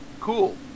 Cool